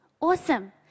awesome